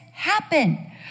happen